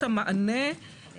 יוליה, קריאה ראשונה.